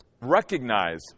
recognize